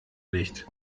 nicht